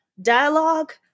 Dialogue